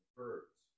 birds